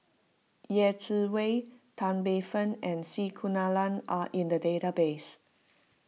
Yeh Chi Wei Tan Paey Fern and C Kunalan are in the database